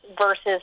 versus